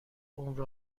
عمر